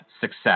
success